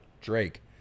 drake